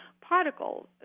particles